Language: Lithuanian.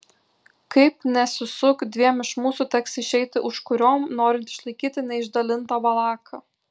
kaip nesisuk dviem iš mūsų teks išeiti užkuriom norint išlaikyti neišdalintą valaką